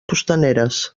costaneres